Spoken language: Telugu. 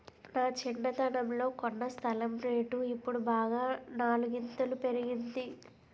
నా చిన్నతనంలో కొన్న స్థలం రేటు ఇప్పుడు బాగా నాలుగింతలు పెరిగింది